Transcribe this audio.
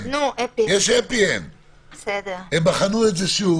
הם בחנו את זה שוב